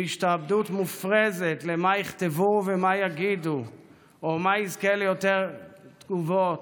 מהשתעבדות מופרזת למה יכתבו ומה יגידו או מה יזכה ליותר תגובות,